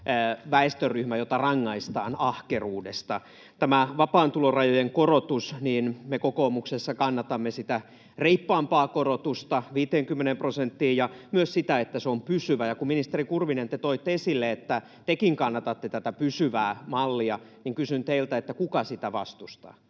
väestöryhmä, jota rangaistaan ahkeruudesta. Tässä vapaan tulorajojen korotuksessa me kokoomuksessa kannatamme reippaampaa korotusta 50 prosenttiin ja myös sitä, että se on pysyvä. Ja kun, ministeri Kurvinen, te toitte esille, että tekin kannatatte tätä pysyvää mallia, niin kysyn teiltä, kuka sitä vastustaa.